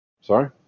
sorry